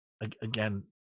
again